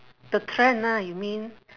the trend ah you mean